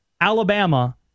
Alabama